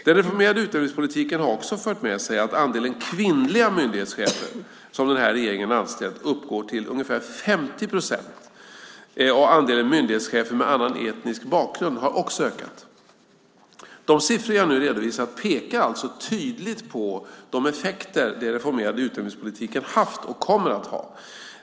Den reformerade utnämningspolitiken har också fört med sig att andelen kvinnliga myndighetschefer som den här regeringen anställt uppgår till ungefär 50 procent, och andelen myndighetschefer med en annan etnisk bakgrund har också ökat. De siffror jag nu redovisat pekar alltså tydligt på de effekter den reformerade utnämningspolitiken haft och kommer att ha.